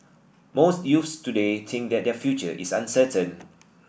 most youths today think that their future is uncertain